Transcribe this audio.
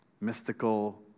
mystical